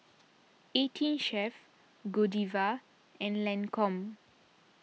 eighteen Chef Godiva and Lancome